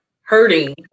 hurting